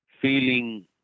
feeling